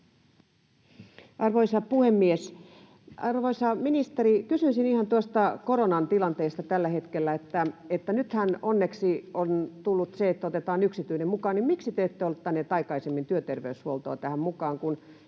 Arvoisa puhemies! Arvoisa ministeri, kysyisin ihan tuosta koronan tilanteesta tällä hetkellä. Nyt kun onneksi on tullut se, että otetaan yksityinen mukaan, niin miksi te ette ottaneet aikaisemmin työterveyshuoltoa tähän mukaan?